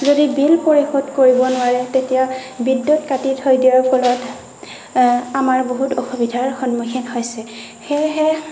যদি বিল পৰিশোধ কৰিব নোৱাৰে তেতিয়া বিদ্যুত কাটি থৈ দিয়াৰ ফলত আমাৰ বহুত অসুবিধাৰ সন্মুখীন হৈছে সেয়েহে